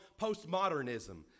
postmodernism